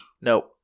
No